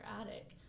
attic